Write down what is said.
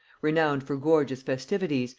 renowned for gorgeous festivities,